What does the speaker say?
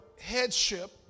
headship